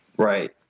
Right